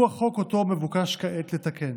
הוא החוק שאותו מבוקש כעת לתקן.